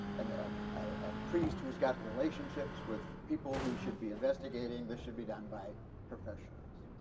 and a priest who's got relationships with people who should be investigating this should be done by professionals.